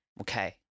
Okay